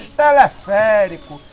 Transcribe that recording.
teleférico